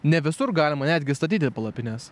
ne visur galima netgi statyti palapines